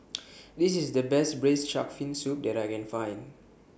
This IS The Best Braised Shark Fin Soup that I Can Find